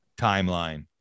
timeline